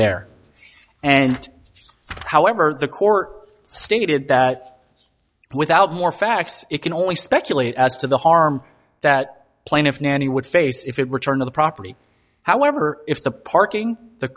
there and however the court stated that without more facts it can only speculate as to the harm that plaintiff nanny would face if it return to the property however if the parking the